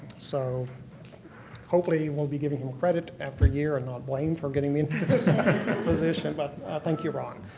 so hopefully you will be giving him credit after a year and not blame for getting me in this position. but thank you, ron.